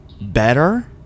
better